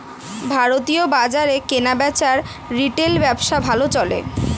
ভারতীয় বাজারে কেনাবেচার রিটেল ব্যবসা ভালো চলে